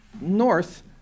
north